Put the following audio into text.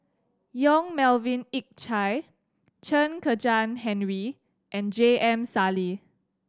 Yong Melvin Yik Chye Chen Kezhan Henri and J M Sali